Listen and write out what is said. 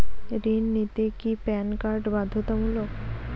ঋণ নিতে কি প্যান কার্ড বাধ্যতামূলক?